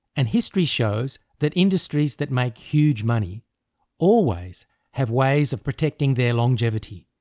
and history shows that industries that make huge money always have ways of protecting their longevity,